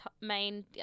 main